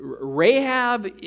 Rahab